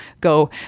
go